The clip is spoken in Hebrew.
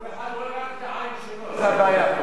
כל אחד רואה רק את העין שלו, זו הבעיה פה.